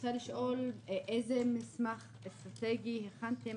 רוצה לשאול איזה מסמך אסטרטגי הכנתם